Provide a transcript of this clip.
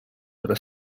però